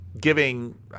giving